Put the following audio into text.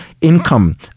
income